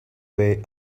way